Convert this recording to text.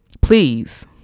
Please